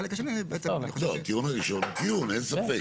לא, הטיעון הראשון הוא טיעון, אין ספק.